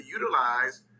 utilize